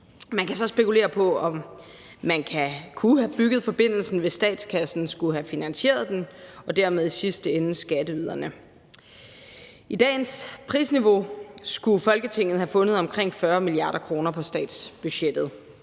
Man kan så spekulere over, om man kunne have bygget forbindelsen, hvis statskassen skulle have finansieret den og dermed i sidste ende skatteyderne. I dagens prisniveau skulle Folketinget have fundet omkring 40 mia. kr. på statsbudgettet.